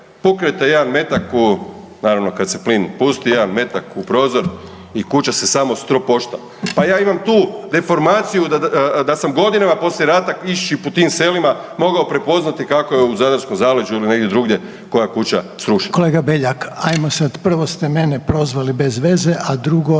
puknete jedan metak u naravno kada se plin pusti jedan metak u prozor u kuća se samo stropošta. Pa ja imam tu deformaciju da sam godinama poslije rata idući po tim selima mogao prepoznati kako je u zadarskom zaleđu ili negdje drugdje koja je kuća srušena. **Reiner, Željko (HDZ)** Kolega Beljak hajmo sada, prvo ste me prozvali bezveze, a drugo